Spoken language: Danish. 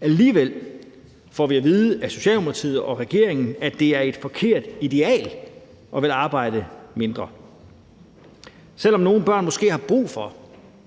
Alligevel får vi at vide af Socialdemokratiet og regeringen, at det er et forkert ideal at ville arbejde mindre, selv om nogle børn måske har brug for